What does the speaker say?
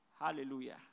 Hallelujah